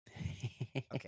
okay